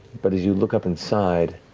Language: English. but as you look up inside,